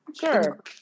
sure